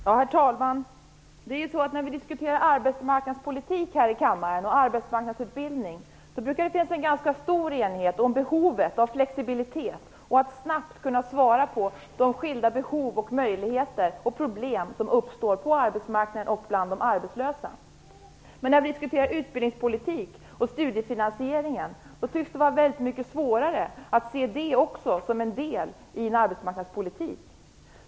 Herr talman! När vi här i kammaren diskuterar arbetsmarknadspolitik och arbetsmarknadsutbildning brukar det finnas en ganska stor enighet om behovet av flexibilitet och av att snabbt kunna svara på de skilda behov, möjligheter och problem som uppstår på arbetsmarknaden och bland de arbetslösa. Men när vi diskuterar utbildningspolitik och studiefinansiering tycks det vara väldigt mycket svårare att se det som en del i en arbetsmarknadspolitik.